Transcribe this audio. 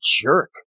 jerk